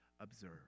observe